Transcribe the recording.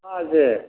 ꯁꯣꯐꯥꯁꯦ